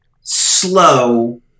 slow